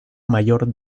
mayor